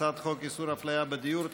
הצעת חוק איסור הפליה בדיור,